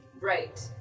Right